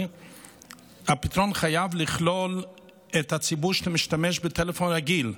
הפתרון חייב לכלול את הציבור שמשתמש בטלפון רגיל,